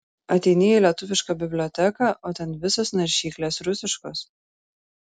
ateini į lietuviška biblioteką o ten visos naršyklės rusiškos